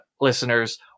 listeners